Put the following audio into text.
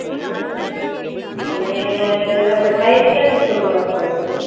okay હવે આપડે size ક્યાંથી શરૂઆત થાય છે